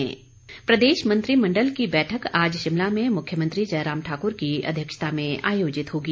cabinet प्रदेश मंत्रिमंडल की बैठक आज शिमला में मुख्यमंत्री जयराम ठाक्र की अध्यक्षता में आयोजित होगी